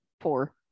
four